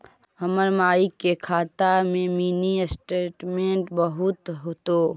हमर माई के खाता के मीनी स्टेटमेंट बतहु तो?